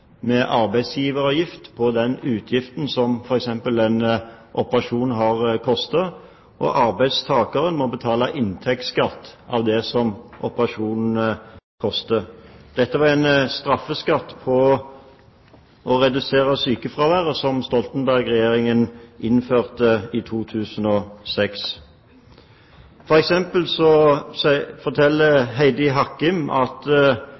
med arbeidsgiveravgift på det som f.eks. en operasjon har kostet, og arbeidstakeren må betale inntektsskatt av det som operasjonen koster. Dette var en straffeskatt på å redusere sykefraværet som Stoltenberg-regjeringen innførte i 2006. For eksempel forteller Heidi Hakkim at